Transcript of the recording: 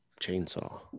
chainsaw